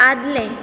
आदलें